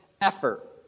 effort